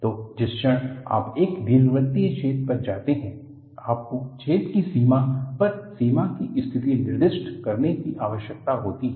तो जिस क्षण आप एक दीर्घवृत्तीय छेद पर जाते हैं आपको छेद की सीमा पर सीमा की स्थिति निर्दिष्ट करने की आवश्यकता होती है